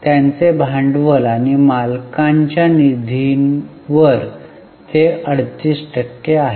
त्यांचे भांडवल आणि मालकांच्या निधीवर ते 38 टक्के आहे